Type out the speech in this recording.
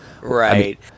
Right